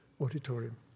auditorium